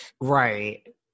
Right